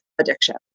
addiction